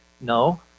no